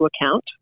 account